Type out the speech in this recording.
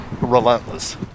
relentless